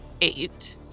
eight